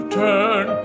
turn